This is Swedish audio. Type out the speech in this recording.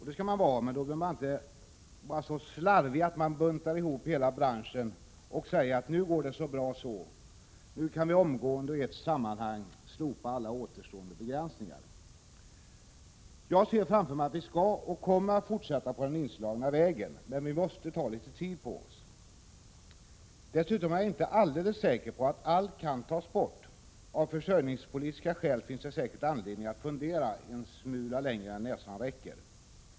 Det bör man vara, och man bör alltså inte så slarvigt som Hadar Cars gör bunta ihop hela branschen och påstå att nu går det så bra så, nu kan vi omgående och i ett sammanhang slopa alla återstående begränsningar. Jag ser framför mig att vi skall och kommer att fortsätta på den inslagna vägen, men vi måste ta litet tid på oss. Dessutom är jag inte alldeles säker på att allt kan tas bort. Av försörjningspolitiska skäl finns det säkert anledning att fundera en smula längre än näsan räcker.